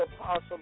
Apostle